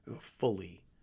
fully